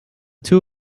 two